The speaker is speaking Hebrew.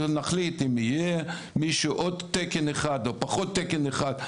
ונחליט אם יהיה תקן אחד יותר או תקן אחד פחות,